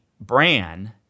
Bran